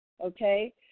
okay